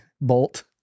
bolt